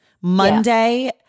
Monday